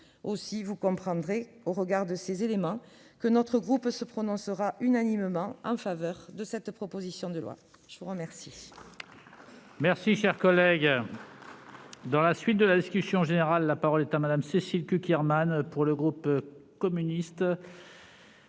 Vous comprendrez, au regard de ces éléments, que notre groupe se prononcera unanimement en faveur de cette proposition de loi. La parole